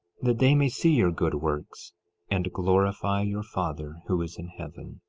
that they may see your good works and glorify your father who is in heaven.